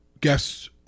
guests